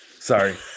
Sorry